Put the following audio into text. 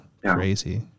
crazy